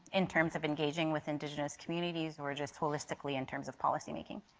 in terms of engaging with indigenous communities or just holistically in terms of policymaking?